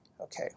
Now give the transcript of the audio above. Okay